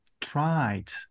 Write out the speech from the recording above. tried